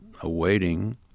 awaiting